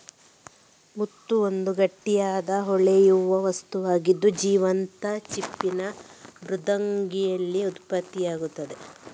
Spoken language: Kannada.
ಮುತ್ತು ಒಂದು ಗಟ್ಟಿಯಾದ, ಹೊಳೆಯುವ ವಸ್ತುವಾಗಿದ್ದು, ಜೀವಂತ ಚಿಪ್ಪಿನ ಮೃದ್ವಂಗಿಯಲ್ಲಿ ಉತ್ಪತ್ತಿಯಾಗ್ತದೆ